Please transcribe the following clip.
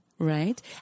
Right